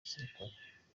gisirikare